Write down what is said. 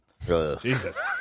Jesus